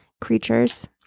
creatures